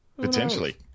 Potentially